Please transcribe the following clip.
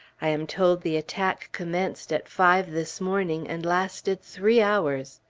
i am told the attack commenced at five this morning, and lasted three hours.